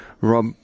Rob